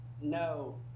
No